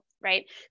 Right